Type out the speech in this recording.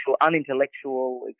unintellectual